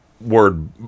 word